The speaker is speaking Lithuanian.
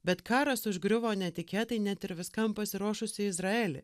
bet karas užgriuvo netikėtai net ir viskam pasiruošusį izraelį